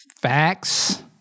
facts